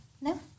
No